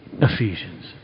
Ephesians